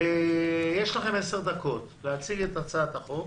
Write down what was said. ויש לכם עשר דקות להציג את הצעת החוק,